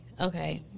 Okay